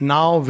Now